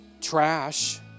trash